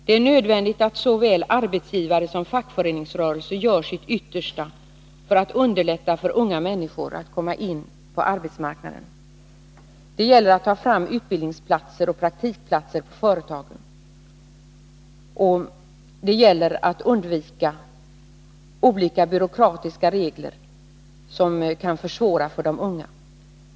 Det är nödvändigt att såväl arbetsgivare som fackföreningsrörelse gör sitt yttersta för att underlätta för unga människor att komma in på arbetsmarknaden. Det gäller att ta fram utbildningsplatser och praktikplatser på företagen. Det gäller att undvika olika byråkratiska regler som kan försvåra för de unga.